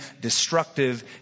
destructive